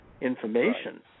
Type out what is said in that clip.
information